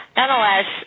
Nonetheless